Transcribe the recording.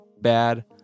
bad